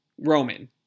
Roman